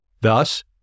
Thus